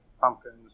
pumpkins